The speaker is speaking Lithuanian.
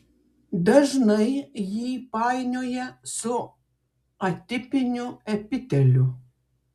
dažnai jį painioja su atipiniu epiteliu